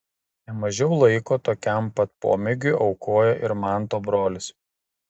ne mažiau laiko tokiam pat pomėgiui aukoja ir manto brolis